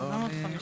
איציק?